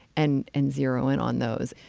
and and zero in on those.